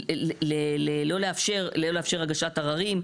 תסריט זה המראה הראשונה לתוכנית כשלא נוברים בתוך הוראות התוכנית.